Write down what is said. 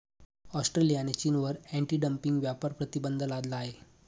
ऑस्ट्रेलियाने चीनवर anti dumping व्यापार प्रतिबंध लादला आहे